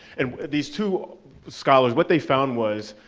and these two scholars, what they found was,